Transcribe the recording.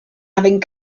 having